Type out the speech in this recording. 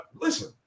listen